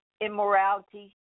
immorality